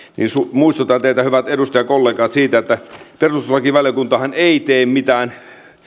muistutan teitä hyvät edustajakollegat siitä että perustuslakivaliokuntahan ei tee mitään